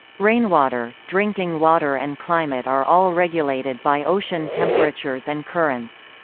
rainwater, drinking water and climate are all regulated by ocean temperatures and currents.